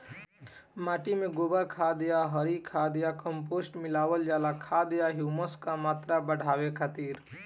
माटी में गोबर खाद या हरी खाद या कम्पोस्ट मिलावल जाला खाद या ह्यूमस क मात्रा बढ़ावे खातिर?